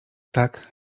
tak